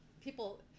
people